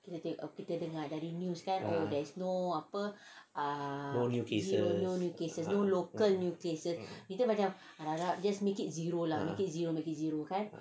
ah no new cases ah